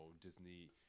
Disney